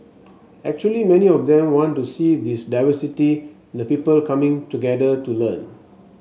actually many of them want to see this diversity in the people coming together to learn